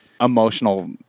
emotional